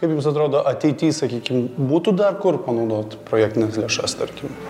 kaip jums atrodo ateity sakykim būtų dar kur panaudot projektines lėšas tarkim